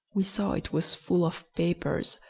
we saw it was full of papers,